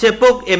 Chepauk M